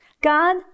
God